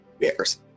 bears